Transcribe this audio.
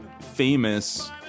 famous